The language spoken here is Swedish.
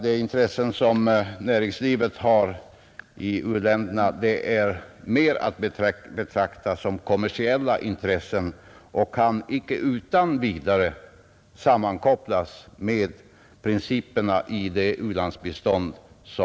De intressen som näringslivet har i u-länderna är att betrakta mer som kommersiella intressen, och de intressena kan icke utan vidare sammankopplas med principerna för vårt u-landsbistånd.